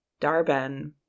Darben